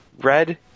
Red